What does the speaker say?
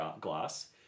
glass